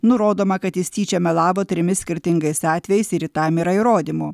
nurodoma kad jis tyčia melavo trimis skirtingais atvejais ir į tam yra įrodymų